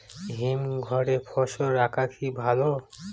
হিমঘরে ফসল রাখা কি ভালো?